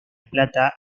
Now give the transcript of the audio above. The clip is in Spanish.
plata